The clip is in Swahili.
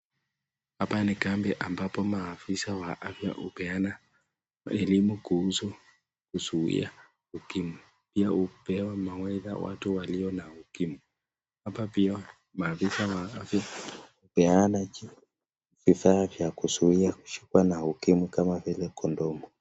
Hapa ni kambi ambayo maafiea wa afya hupeana elimu kuhusu kuzuia ukimwi. Pia hupea mawaidha watu walio na ukimwi. Hapa pia, maafisa wa afya hupeana vifaa vya kuzuia kushikwa na ukimwi kama vile kondomu.